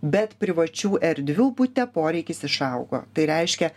bet privačių erdvių bute poreikis išaugo tai reiškia